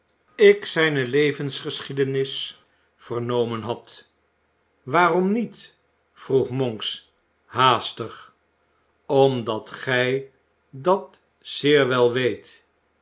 in zijne levensgeschie denis vernomen had waarom niet vroeg monks haastig omdat gij dat zeer wel weet